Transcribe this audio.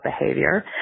behavior